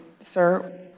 sir